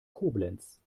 koblenz